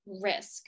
risk